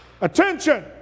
attention